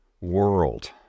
world